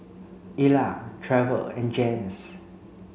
Ila Trever and Jens